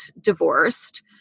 divorced